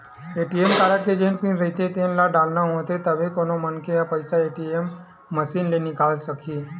ATM card के जेन pin रहिथे तेन ल डालना होथे तभे कोनो मनखे ह पइसा ल ए.टी.एम मसीन ले निकाले सकही